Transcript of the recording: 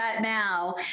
now